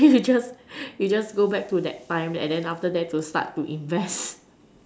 then you just you just go back to that time then after that start to invest